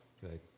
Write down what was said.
Good